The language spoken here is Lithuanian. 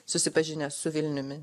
susipažinęs su vilniumi